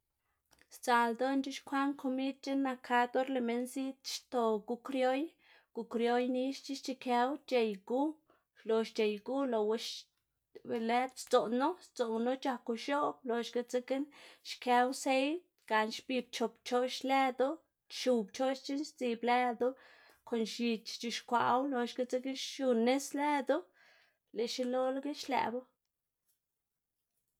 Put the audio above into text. Sdzaꞌl ldoꞌná c̲h̲ixkwaꞌná komid c̲h̲eꞌn nak kad or lëꞌ minn ziꞌd xto gu krioy, gu krioy nixc̲h̲a xc̲h̲akëwu c̲h̲ey gu, xlox c̲h̲ey gu lëꞌwu be lë sdzoꞌnu sdzoꞌnu c̲h̲aku x̱oꞌb loxga dzekna xkëwu seid gana xbib chop pchoꞌx lëdu xiuw pchoꞌx c̲h̲eꞌn sdzib lëdu kon x̱ich xc̲h̲ixkwaꞌwu loxga dzekna xiu nis lëdu lëꞌ xilolaga xlëꞌbu.